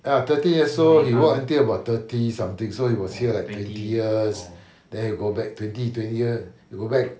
ya thirteen years old he worked until about thirty something so he was here like twenty years then he go back twenty twenty years he go back